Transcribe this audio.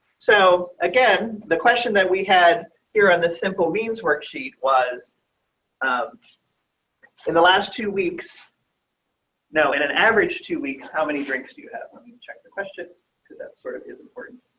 so again, the question that we had here on the simple means worksheet was in the last two weeks now in an average two weeks. how many drinks, do you have when you check the question to that sort of is important.